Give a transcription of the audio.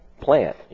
plant